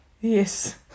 Yes